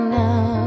now